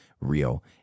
real